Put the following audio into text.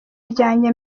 ryanjye